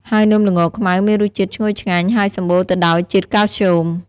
ហើយនំល្ងខ្មៅមានរសជាតិឈ្ងុយឆ្ងាញ់ ហើយសម្បូរទៅដោយជាតិកាល់ស្យូម។